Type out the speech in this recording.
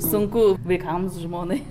sunku vaikams žmonai